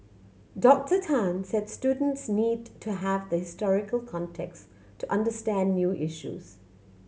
Doctor Tan said students need to have the historical context to understand new issues